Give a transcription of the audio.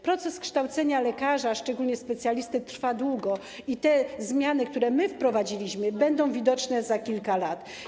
Proces kształcenia lekarza, szczególnie specjalisty, trwa długo i efekty zmian, które wprowadziliśmy, będą widoczne za kilka lat.